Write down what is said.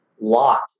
lot